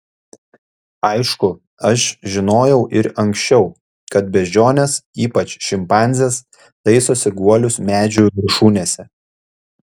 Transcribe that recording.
aišku aš žinojau ir anksčiau kad beždžionės ypač šimpanzės taisosi guolius medžių viršūnėse